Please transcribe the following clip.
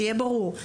שיהיה ברור,